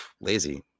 lazy